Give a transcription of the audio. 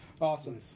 Awesome